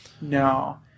No